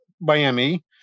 Miami